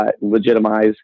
legitimize